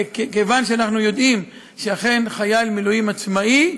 כיוון שאנחנו יודעים שאכן, חייל מילואים עצמאי,